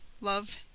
Love